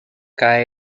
cae